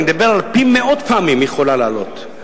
אני מדבר על פי מאות פעמים שהיא יכולה לעלות.